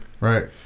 Right